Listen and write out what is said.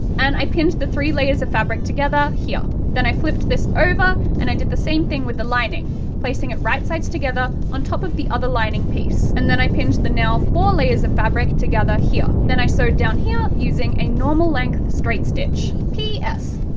and i pinned the three layers of fabric together here. then, i flipped this over, and i did the same thing with the lining placing it right-sides together on top of the other lining piece, and then i pinned the now four layers of fabric together here. then, i sewed down here using a normal-length straight stitch. p s.